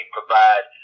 provide